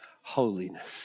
holiness